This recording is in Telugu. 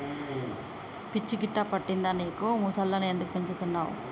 పిచ్చి గిట్టా పట్టిందా నీకు ముసల్లను ఎందుకు పెంచుతున్నవ్